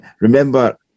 remember